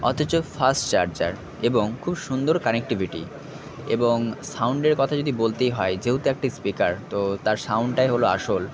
অথচ fast charger এবং খুব সুন্দর কানেক্টিভিটি এবং সাউন্ডের কথা যদি বলতেই হয় যেহেতু একটা স্পিকার তো তার সাউন্ডটাই হল আসল